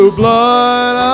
blood